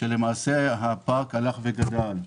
כאשר למעשה הפארק הלך וגדל.